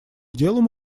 делом